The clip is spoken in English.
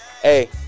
Hey